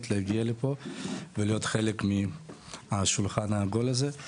להגיע לפה ולהיות חלק מהשולחן העגול הזה.